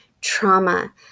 trauma